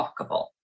walkable